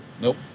Nope